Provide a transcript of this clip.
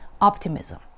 optimism